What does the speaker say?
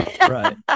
Right